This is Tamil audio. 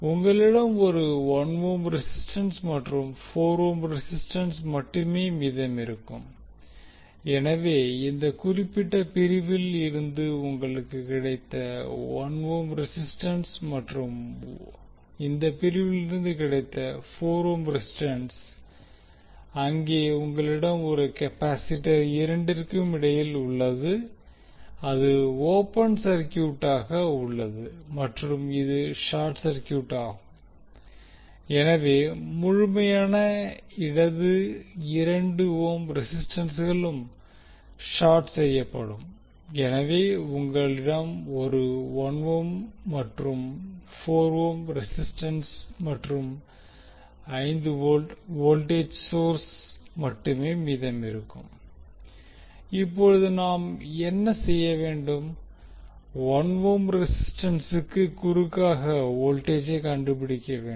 உங்களிடம் ஒரு 1 ஓம் ரெசிஸ்டன்ஸ் மற்றும் 4 ஓம் ரெசிஸ்டன்ஸ் மட்டுமே மீதமிருக்கும் எனவே இந்த குறிப்பிட்ட பிரிவில் இருந்து உங்களுக்கு கிடைத்த 1 ஓம் ரெசிஸ்டன்ஸ் மற்றும் இந்த பிரிவிலிருந்து கிடைத்த 4 ஓம் ரெசிஸ்டன்ஸ் அங்கே உங்களிடம் ஒரு கெபாசிட்டர் இரண்டிற்கும் இடையில் உள்ளது அது ஓபன் சர்கியூட்டாக உள்ளது மற்றும் இது ஷார்ட் சர்கியூட்டாகும் எனவே முழுமையான இடது 2 ஓம் ரெசிஸ்டன்ஸ்சும் ஷார்ட் செய்யப்படும் எனவே உங்களிடம் ஒரு 1 ஓம் மற்றும் 4 ஓம் ரெசிஸ்டன்ஸ் மற்றும் 5 வோல்ட் வோல்டேஜ் சோர்ஸ் மட்டுமே மீதமிருக்கும் இப்போது நாம் என்ன செய்ய வேண்டும் 1 ஓம் ரெசிஸ்டன்ஸ்க்கு குறுக்காக வோல்டேஜை கண்டுபிடிக்க வேண்டும்